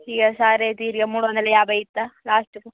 ఇక సరే తీయండి ఇక్ మూడు వందల యాభై ఇస్తా లాస్ట్